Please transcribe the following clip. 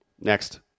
Next